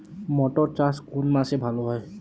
মটর চাষ কোন মাসে ভালো হয়?